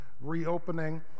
reopening